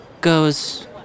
goes